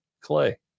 clay